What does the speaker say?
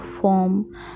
form